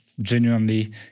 genuinely